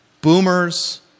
Boomers